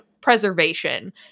preservation